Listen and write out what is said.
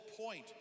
point